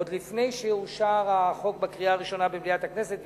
עוד לפני שאושר החוק בקריאה ראשונה במליאת הכנסת,